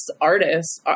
artists